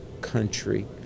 country